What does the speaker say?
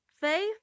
faith